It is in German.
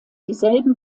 dieselben